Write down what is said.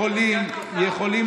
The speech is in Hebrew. יכולים